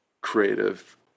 creative